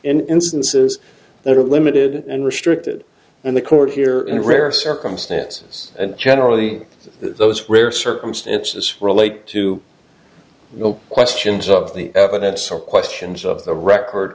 instances that are limited and restricted and the court here in rare circumstances and generally those rare circumstances relate to the questions of the evidence or questions of the record